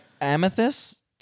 amethyst